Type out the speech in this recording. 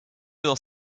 dans